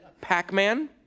Pac-Man